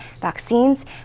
vaccines